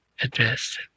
address